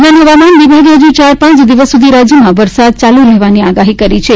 દરમ્યાન હવામાન વિભાગે હજૂ ચાર પાંચ દિવસ સુધી રાજયમાં વરસાદ ચાલુ રહેવાની આગાહી કરી છે